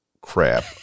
crap